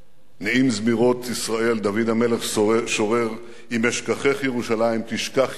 נעים זמירות ישראל דוד המלך שורר: "אם אשכחך ירושלים תשכח ימיני",